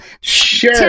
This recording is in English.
Sure